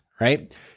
right